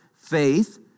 Faith